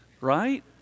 right